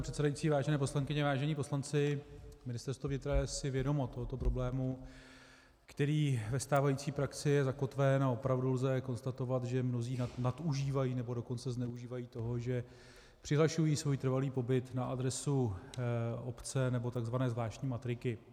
Vážený pane předsedající, vážené poslankyně, vážení poslanci, Ministerstvo vnitra si je vědomo tohoto problému, který ve stávající praxi je zakotven, a opravdu lze konstatovat, že mnozí nadužívají, nebo dokonce zneužívají toho, že přihlašují svůj trvalý pobyt na adresu obce nebo tzv. zvláštní matriky.